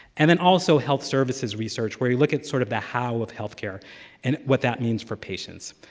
and then also health services research, where you look at sort of the how of healthcare and what that means for patients.